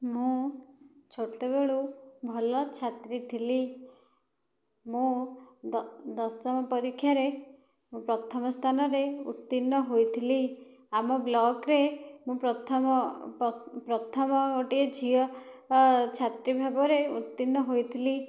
ମୁଁ ଛୋଟ ବେଳୁ ଭଲ ଛାତ୍ରୀ ଥିଲି ମୁଁ ଦଶମ ପରୀକ୍ଷା ରେ ପ୍ରଥମ ସ୍ଥାନରେ ଉତ୍ତୀର୍ଣ୍ଣ ହୋଇଥିଲି ଆମ ବ୍ଲକ ରେ ମୁଁ ପ୍ରଥମ ପ୍ରଥମ ଗୋଟିଏ ଝିଅ ଛାତ୍ରୀ ଭାବରେ ଉତ୍ତୀର୍ଣ୍ଣ ହୋଇଥିଲି